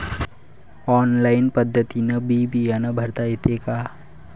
Online पद्धतीनं बी बिमा भरता येते का?